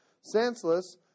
senseless